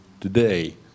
today